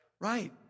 right